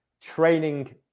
training